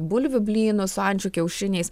bulvių blynų su ančių kiaušiniais